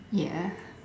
ya